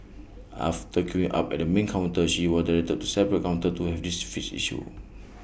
after queuing up at the main counter she was directed to separate counter to have the fixed issue